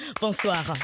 Bonsoir